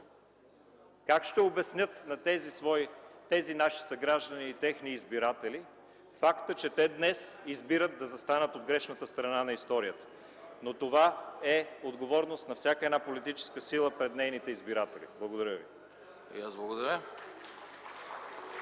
как ще обяснят на тези наши съграждани и техни избиратели факта, че те днес избират да застанат от грешната страна на историята. Това е отговорност обаче на всяка една политическа сила пред нейните избиратели. Благодаря.